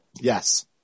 Yes